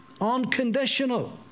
unconditional